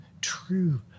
true